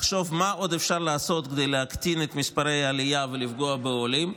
לחשוב מה עוד אפשר לעשות כדי להקטין את מספרי העלייה ולפגוע בעולים,